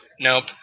nope